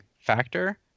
factor